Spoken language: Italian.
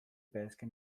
pesca